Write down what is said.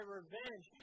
revenge